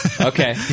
Okay